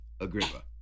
Agrippa